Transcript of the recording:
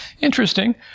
Interesting